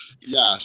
yes